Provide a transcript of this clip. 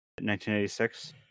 1986